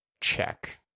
check